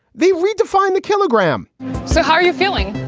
they redefine the kilogram so how are you feeling